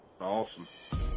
Awesome